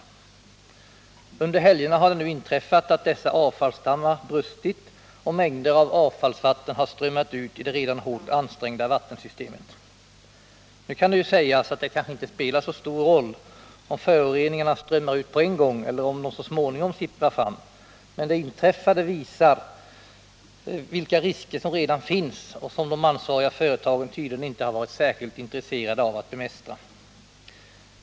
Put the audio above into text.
Under de gångna helgerna har det inträffat att avfallsdammarna brustit, och mängder av avfallsvatten har strömmat ut i det redan hårt ansträngda vattensystemet. Nu kan det ju sägas att det kanske inte spelar så stor roll om föroreningarna strömmar ut på en gång eller sipprar fram så småningom, men det inträffade visar vilka risker som redan finns och som de ansvariga företagen tydligen inte har varit särskilt intresserade av att bemästra.